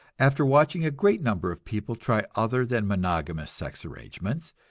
after watching a great number of people try other than monogamous sex arrangements,